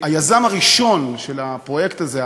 היזם הראשון של הפרויקט הזה,